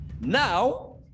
Now